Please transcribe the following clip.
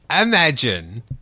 imagine